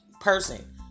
person